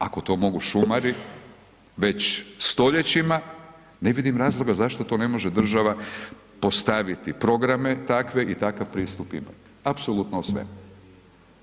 Ako to mogu šumari već stoljećima, ne vidim razloga zašto to ne može država postaviti programe takve i takav pristup imati apsolutno o svemu.